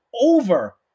over